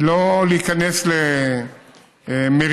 אפשר לא להיכנס למריבות,